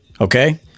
Okay